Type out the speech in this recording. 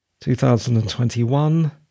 2021